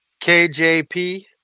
KJP